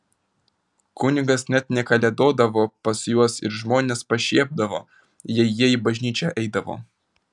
kunigas net nekalėdodavo pas juos ir žmonės pašiepdavo jei jie į bažnyčią eidavo